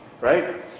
Right